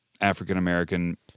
African-American